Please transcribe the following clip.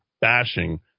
bashing